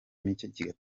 mike